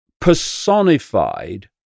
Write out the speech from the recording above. personified